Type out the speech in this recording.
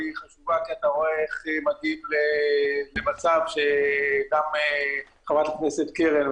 והיא חשובה כי אתה רואה איך היא --- ממצב שגם חברת הכנסת קרן,